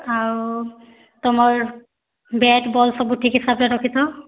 ଆଉ ତମର୍ bat ball ସବୁ ଠିକ୍ସେ ସଜାଡ଼ି ରଖିଥ